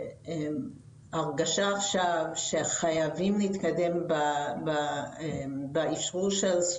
הרגשה עכשיו שחייבים להתקדם באשרור של אמנת